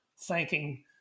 thanking